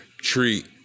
treat